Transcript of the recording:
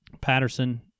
patterson